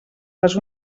les